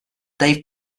dave